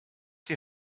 die